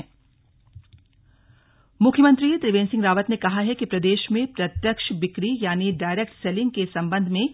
slug seminar CM मुख्यमंत्री त्रिवेंद्र सिंह रावत ने कहा है कि प्रदेश में प्रत्यक्ष बिक्री यानि डायरेक्ट सेलिंग के सम्बन्ध में